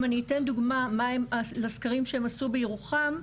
אם אתן דוגמה מהם הסקרים שהם עשו בירוחם,